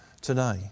today